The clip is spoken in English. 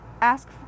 ask